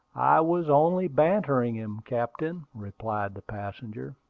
i was only bantering him, captain, replied the passenger.